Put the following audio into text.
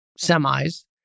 semis